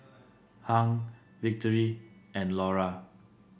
Hung Victory and Laura